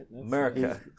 America